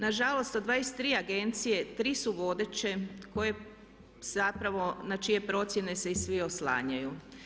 Nažalost od 23 agencije 3 su vodeće koje zapravo na čije procjene se i svi oslanjaju.